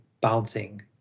bouncing